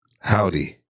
Howdy